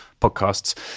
podcasts